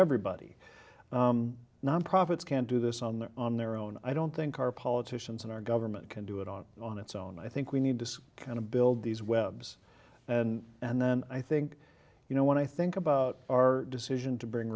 everybody nonprofits can't do this on their on their own i don't think our politicians and our government can do it on on its own i think we need to kind of build these webs and and then i think you know when i think about our decision to bring